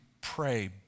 pray